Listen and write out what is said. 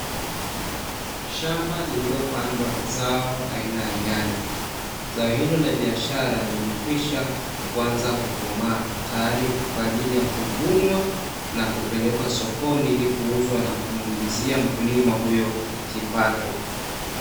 Shamba lililopandwa zao aina ya nyanya, Zao hilo la biashara limekwisha anza kukomaa, tayari kwa ajili ya kuvunwa na kupelekwa sokoni, ili kuuzwa na kumuingizia huyo mkulima kipato.